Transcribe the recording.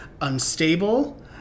unstable